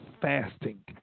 fasting